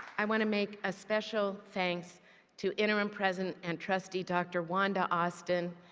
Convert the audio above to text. i want to make a special thanks to interim president and trustee dr. wanda austin